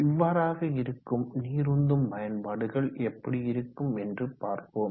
இவ்வாறாக இருக்கும் நீர் உந்தும் பயன்பாடுகள் எப்படி இருக்கும் என்று பார்ப்போம்